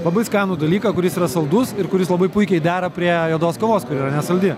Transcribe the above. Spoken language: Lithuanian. labai skanų dalyką kuris yra saldus ir kuris labai puikiai dera prie juodos kavos kuri yra nesaldi